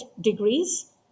degrees